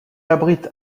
abrite